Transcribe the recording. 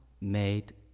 made